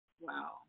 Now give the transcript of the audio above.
wow